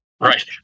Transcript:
Right